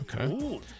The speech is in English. Okay